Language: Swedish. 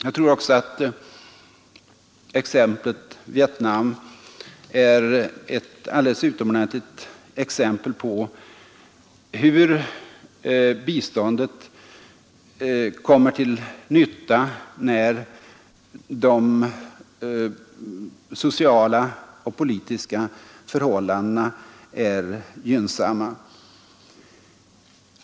Jag tror också att Vietnam är ett alldeles utomordentligt exempel på hur biståndet kommer till nytta när de sociala och politiska förhållandena är gynnsamma.